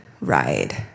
ride